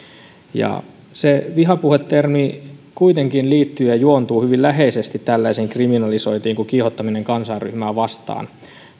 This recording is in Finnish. se vihapuhe termi kuitenkin liittyy ja juontuu hyvin läheisesti tällaiseen kriminalisointiin kuin kiihottaminen kansanryhmää vastaan